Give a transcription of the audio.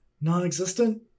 non-existent